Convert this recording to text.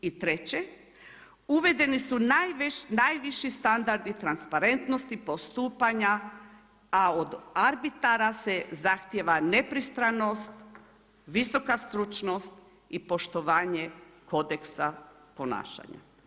I treće uvedeni su najviši standardi transparentnosti postupanja, a od arbitara se zahtjeva nepristranost, visoka stručnost i poštovanje kodeksa ponašanja.